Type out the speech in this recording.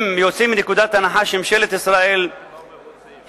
אם יוצאים מנקודת הנחה שממשלת ישראל היא